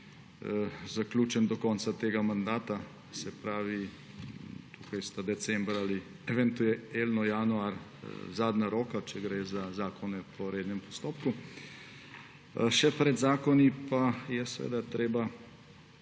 zaključen do konca tega mandata. Tukaj sta december ali eventualno januar zadnja roka, če gre za zakone po rednem postopku. Še pred zakoni pa je treba